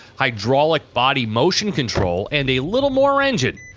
hydraulic body motion control and a little more engine,